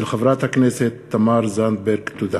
תודה.